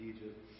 Egypt